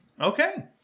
Okay